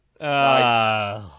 Nice